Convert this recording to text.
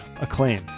Acclaim